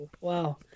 Wow